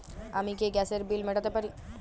আমি কি গ্যাসের বিল মেটাতে পারি?